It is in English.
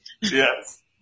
Yes